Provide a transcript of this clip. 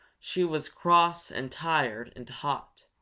she was cross and tired and hot,